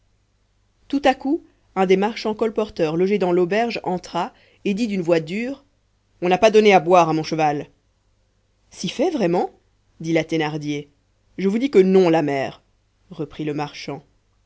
tout à coup un des marchands colporteurs logés dans l'auberge entra et dit d'une voix dure on n'a pas donné à boire à mon cheval si fait vraiment dit la thénardier je vous dis que non la mère reprit le marchand